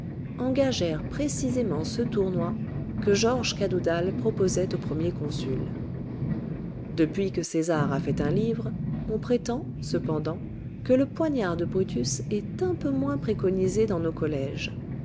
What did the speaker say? engagèrent précisément ce tournoi que georges cadoudal proposait au premier consul depuis que césar a fait un livre on prétend cependant que le poignard de brutus est un peu moins préconisé dans nos collèges